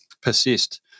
persist